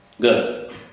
Good